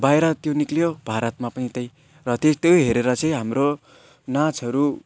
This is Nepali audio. बाहिर त्यो निक्लियो भारतमा पनि त्यही र त्यही त्यही हेरेर चाहिँ हाम्रो नाचहरू